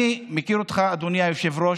אני מכיר אותך, אדוני היושב-ראש,